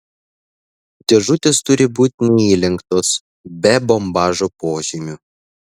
dėžutės turi būti neįlenktos be bombažo požymių